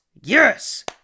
yes